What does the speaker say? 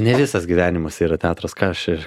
ne visas gyvenimas yra teatras ką aš čia